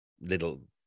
little